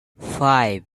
five